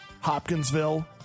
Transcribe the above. Hopkinsville